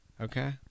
okay